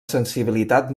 sensibilitat